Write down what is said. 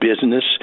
business